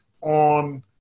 on